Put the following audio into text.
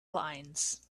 lines